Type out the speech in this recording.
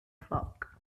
flock